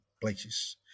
places